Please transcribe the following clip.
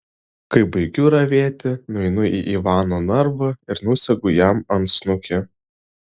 kai baigiu ravėti nueinu į ivano narvą ir nusegu jam antsnukį